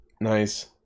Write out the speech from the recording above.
Nice